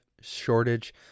shortage